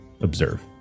observe